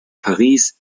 paris